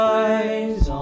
eyes